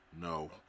no